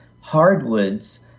Hardwoods